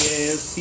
Yes